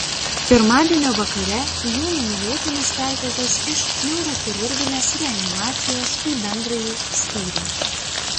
pirmadienio vakare jų numylėtinis perkeltas iš neurochirurginės reanimacijos į bendrąjį skyrių